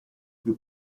più